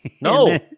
no